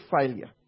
failure